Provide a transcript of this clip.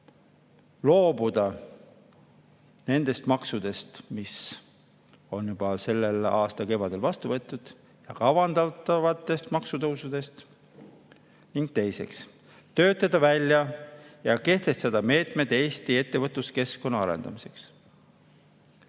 loobuda nendest maksudest, mille kohta [otsus] juba selle aasta kevadel vastu võeti, ja kavandatavatest maksutõusudest ning töötada välja ja kehtestada meetmed Eesti ettevõtluskeskkonna arendamiseks.